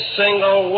single